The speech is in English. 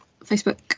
Facebook